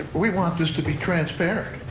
we want this to be transparent.